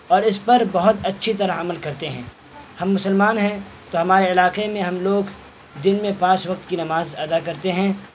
اور اس پر بہت اچھی طرح عمل کرتے ہیں ہم مسلمان ہیں تو ہمارے علاقے میں ہم لوگ دن میں پانچ وقت کی نماز ادا کرتے ہیں